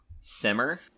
simmer